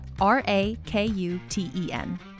R-A-K-U-T-E-N